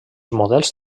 models